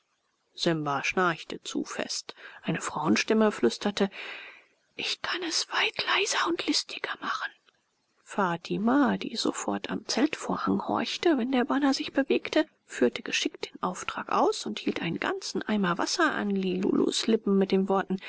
simba schnarchte zu fest eine frauenstimme flüsterte ich kann es weit leiser und listiger machen fatima die sofort am zeltvorhang horchte wenn der bana sich bewegte führte geschickt den auftrag aus und hielt einen ganzen eimer wasser an lilulus lippen mit den worten